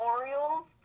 Orioles